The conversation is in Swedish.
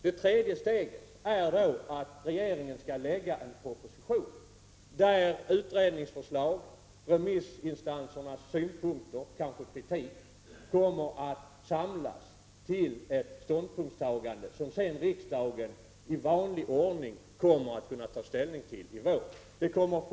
Det tredje steget är att regeringen lägger fram en proposition, där utredningsförslag, remissinstansernas synpunkter och eventuella kritik kommer att samlas till ett ställningstagande, som sedan riksdagen i vanlig ordning kommer att ta ställning till.